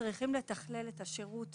צריכים לתכלל את השירות